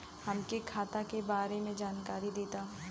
हमके खाता के बारे में जानकारी देदा?